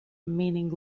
meaning